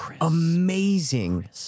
amazing